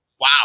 wow